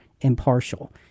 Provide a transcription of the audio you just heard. impartial